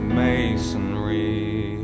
masonry